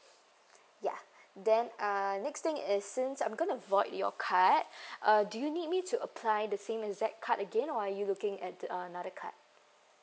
ya then uh next thing is since I'm going to void your card uh do you need me to apply the same exact card again or are you looking at uh another card